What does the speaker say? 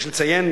יש לציין